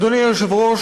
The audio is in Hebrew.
אדוני היושב-ראש,